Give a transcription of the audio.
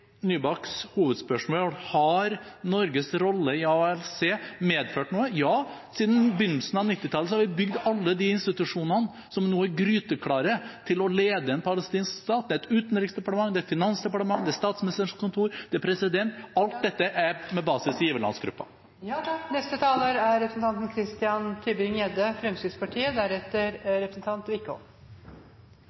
Nybakks hovedspørsmål: Har Norges rolle i AHLC medført noe? Ja, siden begynnelsen av 1990-tallet har vi bygd alle de institusjonene som nå er gryteklare til å lede en palestinsk stat. Det er et utenriksdepartement, det er et finansdepartement, det er statsministerens kontor, det er president – alt dette er med basis i giverlandsgruppa.